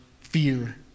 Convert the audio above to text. fear